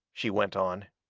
she went on,